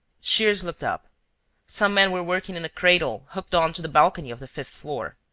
shears looked up some men were working in a cradle hooked on to the balcony of the fifth floor.